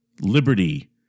liberty